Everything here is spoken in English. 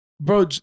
Bro